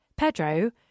Pedro